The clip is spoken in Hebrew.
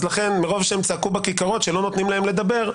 אז לכן מרוב שהם צעקו בכיכרות שלא נותנים להם לדבר,